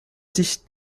dicht